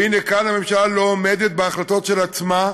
והנה, כאן הממשלה לא עומדת בהחלטות של עצמה,